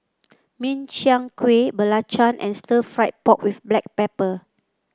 Min Chiang Kueh belacan and Stir Fried Pork with Black Pepper